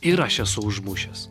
ir aš esu užmušęs